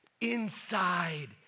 Inside